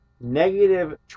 negative